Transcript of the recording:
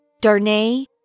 Darnay